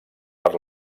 per